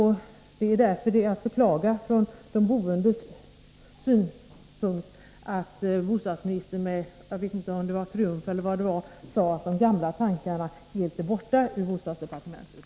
Det är därför från de boendes synpunkt att beklaga att bostadsministern med jag vet inte om det var triumf i rösten sade att de gamla tankarna är helt borta ur bostadsdepartementet.